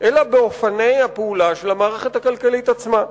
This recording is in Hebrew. אלא באופני הפעולה של המערכת הכלכלית עצמה.